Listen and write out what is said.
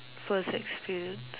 first experience